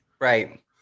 Right